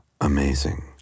amazing